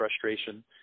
frustration